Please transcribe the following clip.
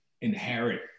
inherit